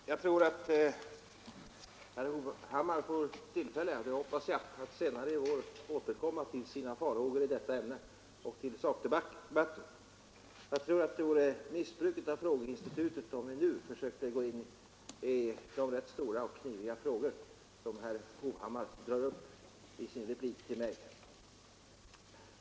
Herr talman! Jag hoppas att herr Hovhammar får tillfälle att senare i år återkomma till sina farhågor när det gäller detta ämne och till sakdebatten. Det vore, enligt min mening, ett missbruk av frågeinstitutet om vi nu försökte gå in på de stora och rätt kniviga frågor som herr Hovhammar drog upp i sin replik till mig.